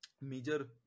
major